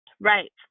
Right